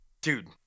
dude